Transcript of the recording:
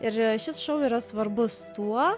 ir šis šou yra svarbus tuo